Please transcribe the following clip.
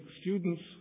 students